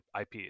IP